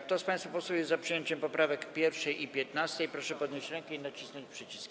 Kto z państwa posłów jest za przyjęciem poprawek 1. i 15., proszę podnieść rękę i nacisnąć przycisk.